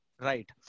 right